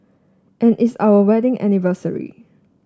and it's our wedding anniversary